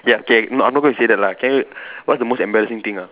ya K no I'm not gonna say that lah can what's the most embarrassing thing ah